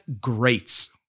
greats